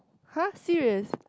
!huh! serious